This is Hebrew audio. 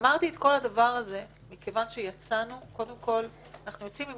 אמרתי את כל הדבר הזה כי אנחנו יוצאים עם